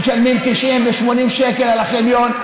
הם משלמים 90 ו-80 שקל על החניון.